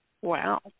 Wow